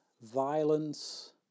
Violence